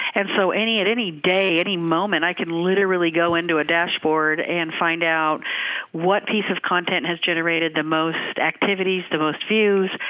and so at any day, any moment, i can literally go into a dashboard and find out what piece of content has generated the most activities, the most views.